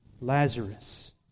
Lazarus